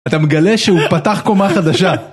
אתה מגלה שהוא פתח קומה חדשה